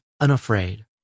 unafraid